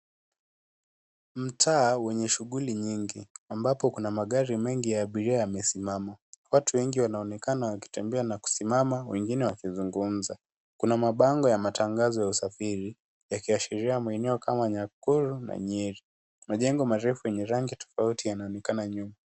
Mtaa wenye shughuli nyigi, ambapo kuna magari mengi ya abiria yamesimama. Watu wengi wanaonekana wakitembea na kusimama, wengine wakizungumza. Kuna mabango ya matangazo ya usafiri, yakiashiria maeneo kama Nakuru na Nyeri. Majengo marefu yenye rangi tofauti yanaonekana nyuma.